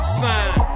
sign